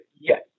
Yes